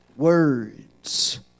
Words